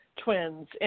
twins